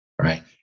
Right